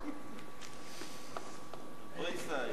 שעה) (שירות במשטרה ושירות מוכר) (תיקון מס' 14),